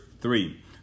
three